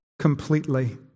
completely